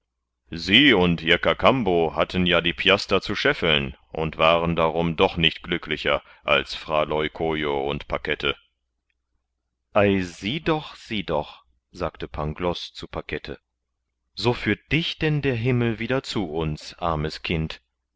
sie und ihr kakambo hatten ja die piaster zu scheffeln und waren darum doch nicht glücklicher als fra leucojo und pakette ei sieh doch sieh doch sagte pangloß zu pakette so führt dich denn der himmel wieder zu uns armes kind